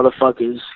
motherfuckers